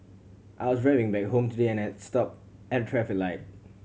I was driving back home today and had stopped at a traffic light